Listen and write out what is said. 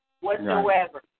whatsoever